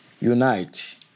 unite